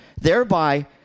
thereby